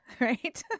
right